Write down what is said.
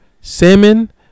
Salmon